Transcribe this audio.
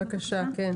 בבקשה, כן.